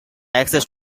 access